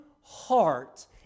heart